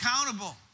accountable